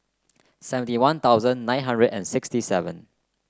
seventy One Thousand nine hundred and sixty seven